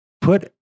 put